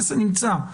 נמצא.